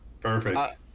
perfect